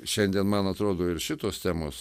šiandien man atrodo ir šitos temos